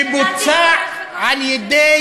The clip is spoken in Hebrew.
שבוצע על-ידי